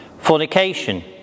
fornication